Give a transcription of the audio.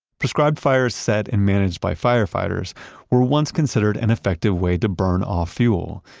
prescribed fires set and managed by firefighters were once considered an effective way to burn off fuel,